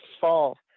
fall